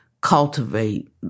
cultivate